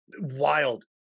Wild